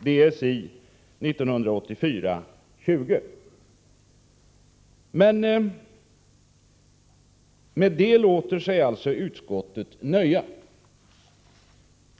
Därmed låter sig utskottet nöja.